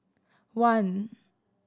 one